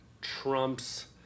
trumps